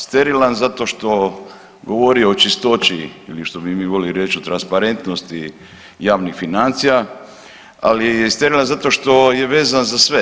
Sterilan zato što govori o čistoći ili što bi mi volili reći o transparentnosti javnih financija, ali je i sterilan zato što je vezan za sve.